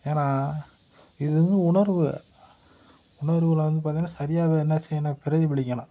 ஏன்னா இது உணர்வு உணர்வில் வந்து பார்த்திங்கன்னா சரியாக என்ன செய்யணும் பிரதிபலிக்கணும்